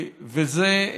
זה,